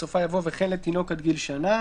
בסופה יבוא "וכן לתינוק עד גיל שנה";"